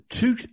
two